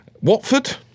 Watford